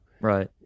right